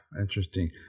interesting